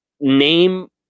name